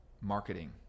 marketing